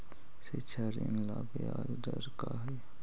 शिक्षा ऋण ला ब्याज दर का हई?